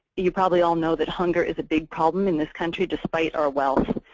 you probably all know that hunger is a big problem in this country, despite our wealth.